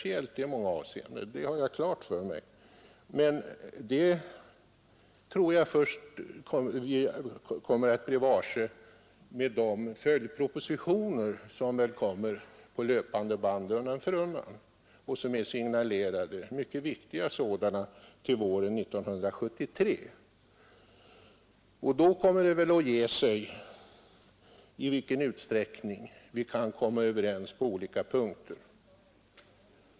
Det står fullt klart för mig, men det tror jag vi kommer att bli varse först efter de följdpropositioner som väl kommer på löpande band för att ange de styrmedel, som blir nödvändiga för att uppnå de uppsatta målen. Då kommer det väl att ge sig i vilken utsträckning vi kan komma överens på olika punkter.